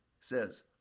says